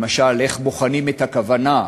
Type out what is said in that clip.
למשל איך בוחנים את הכוונה,